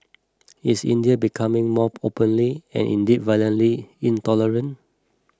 is India becoming more openly and indeed violently intolerant